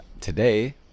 today